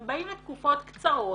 הם באים לתקופות קצרות